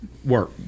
work